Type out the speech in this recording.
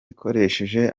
ikoresheje